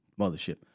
mothership